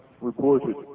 reported